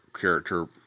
character